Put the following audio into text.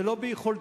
זה לא ביכולתי.